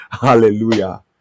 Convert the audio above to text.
Hallelujah